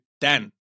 Dan